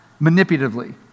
manipulatively